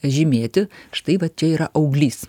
žymėti štai vat čia yra auglys